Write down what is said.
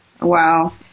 Wow